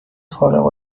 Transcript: فارغ